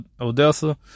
Odessa